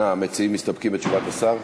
המציעים מסתפקים בתשובת השר?